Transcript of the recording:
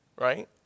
right